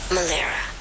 Malera